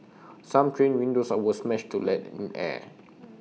some train windows was smashed to let in air